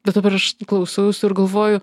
bet dabar aš klausau jūsų ir galvoju